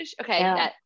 Okay